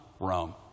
Rome